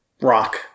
rock